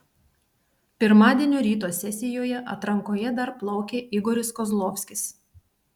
pirmadienio ryto sesijoje atrankoje dar plaukė igoris kozlovskis